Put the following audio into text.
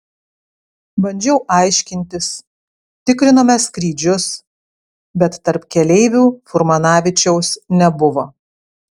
bandžiau aiškintis tikrinome skrydžius bet tarp keleivių furmanavičiaus nebuvo